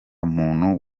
muntu